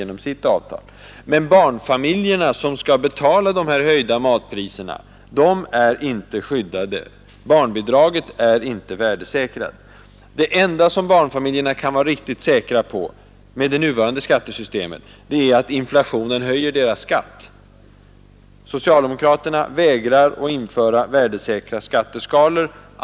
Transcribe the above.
Men barnfamiljerna, som skall betala de höjda matpriserna, är inte skyddade. Barnbidraget är inte värdesäkrat. Det enda som barnfamiljerna kan vara riktigt säkra på, med det nuvarande skattesystemet, är att inflationen höjer deras skatt. Socialdemokraterna vägrar att införa värdesäkra skatteskalor.